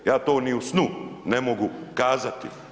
Ja to ni u snu ne mogu kazati.